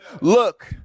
Look